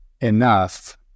enough